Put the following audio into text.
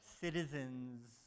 citizens